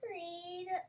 read